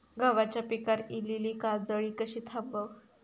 गव्हाच्या पिकार इलीली काजळी कशी थांबव?